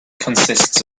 consists